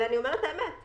ואני אומרת את האמת,